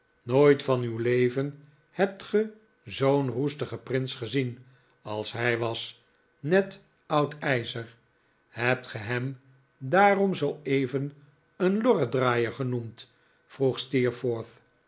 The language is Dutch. nooit van uw leven hebt ge zoo'n roestigen prins gezien als hij was net oud ijzer hebt gij hem daarom zooeven een lorrendraaier genoemd